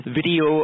video